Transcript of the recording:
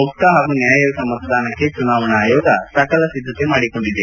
ಮುಕ್ತ ಹಾಗೂ ನ್ಯಾಯಯುತ ಮತದಾನಕ್ಕೆ ಚುನಾವಣಾ ಆಯೋಗ ಸಕಲ ಸಿದ್ಧತೆ ಮಾಡಿಕೊಂಡಿದೆ